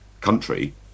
country